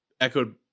echoed